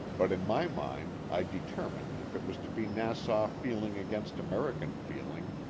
but in my mind i determined if it was to be nassau feeling against american feeling,